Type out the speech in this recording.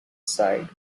side